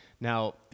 Now